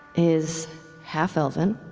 is half-elven,